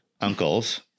uncles